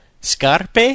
Scarpe